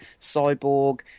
Cyborg